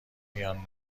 میان